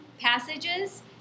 passages